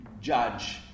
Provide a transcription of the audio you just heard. judge